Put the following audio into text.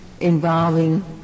involving